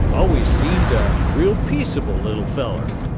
always seemed a real peaceable little feller.